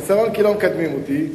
חיסרון, כי לא מקדמים אותי,